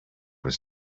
was